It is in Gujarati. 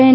એન